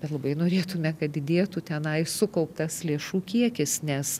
bet labai norėtume kad didėtų tenais sukauptas lėšų kiekis nes